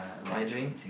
my dream